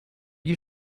you